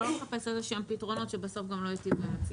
ולא לחפש איזשהם פתרונות שבסוף גם לא יטיבו עם הציבור.